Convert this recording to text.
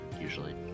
usually